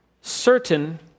certain